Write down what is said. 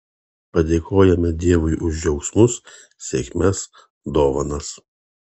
padėkojame dievui už džiaugsmus sėkmes dovanas